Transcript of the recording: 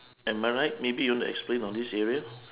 am I right maybe you want to explain on this area